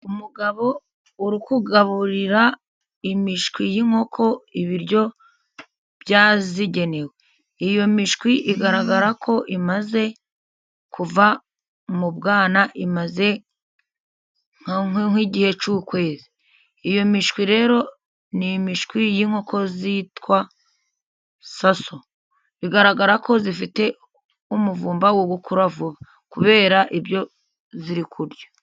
Umugabo uri kugaburira imishwi y'inkoko ibiryo byazigenewe. Iyo mishwi igaragara ko imaze kuva mu bwana, imaze nk'igihe cy'ukwezi. Iyo mishwi rero ni imishwi y'inkoko zitwa saso. Bigaragara ko zifite umuvumba wo gukura vuba kubera ibiryo ziri kurya.